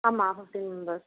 ஆமாம் fifteen members